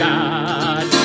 God